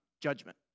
Judgment